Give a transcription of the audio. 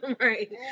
Right